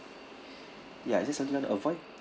ya is that want to avoid